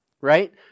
right